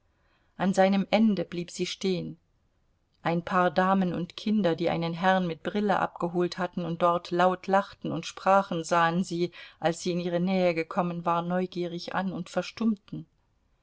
an seinem ende blieb sie stehen ein paar damen und kinder die einen herrn mit brille abgeholt hatten und dort laut lachten und sprachen sahen sie als sie in ihre nähe gekommen war neugierig an und verstummten